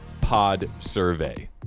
podsurvey